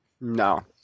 No